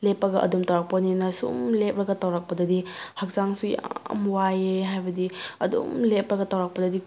ꯂꯦꯞꯄꯒ ꯑꯗꯨꯝ ꯇꯧꯔꯛꯄꯅꯤꯅ ꯁꯨꯝ ꯂꯦꯞꯂꯒ ꯇꯧꯔꯛꯄꯗꯗꯤ ꯍꯛꯆꯥꯡꯁꯨ ꯌꯥꯝ ꯋꯥꯏꯑꯦ ꯍꯥꯏꯕꯗꯤ ꯑꯗꯨꯝ ꯂꯦꯞꯄꯒ ꯇꯧꯔꯛꯄꯗꯗꯤ